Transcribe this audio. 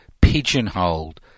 pigeonholed